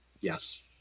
Yes